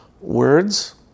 words